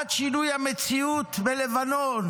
עד שינוי המציאות בלבנון,